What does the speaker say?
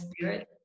spirit